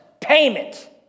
payment